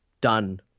done